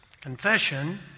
confession